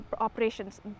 operations